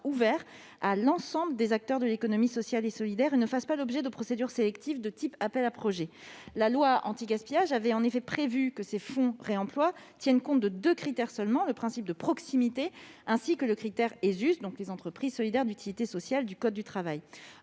ouverts à l'ensemble des acteurs de l'économie sociale et solidaire et ne fassent pas l'objet de procédures sélectives de type appel à projets. La loi anti-gaspillage avait en effet prévu que ces fonds pour le réemploi tiennent compte de deux critères seulement : le principe de proximité, d'une part, et, d'autre part, le critère ESUS, correspondant aux entreprises solidaires d'utilité sociale du code du travail.